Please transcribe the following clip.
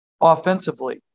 offensively